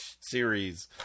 series